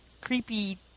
creepy